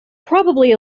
probably